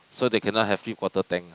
so they cannot have three quarter tank